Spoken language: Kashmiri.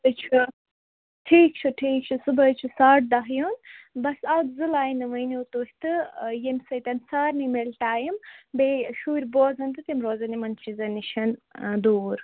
ژٕ چھَکھا ٹھیٖک چھُ ٹھیٖک چھ صُبحٲے چھُ ساڑٕ دَہ یُن بس اَکھ زٕ لاینہٕ ؤنِو تُہۍ تہٕ ییٚمہِ سۭتۍ سارِنٕے میلہِ ٹایِم بیٚیہِ شُرۍ بوزَن تہٕ تِم روزن یِمن چیٖزن نِش دوٗر